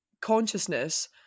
consciousness